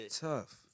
tough